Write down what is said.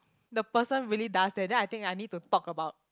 the person really does that then I think I need to talk about